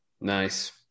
Nice